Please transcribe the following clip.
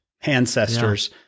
ancestors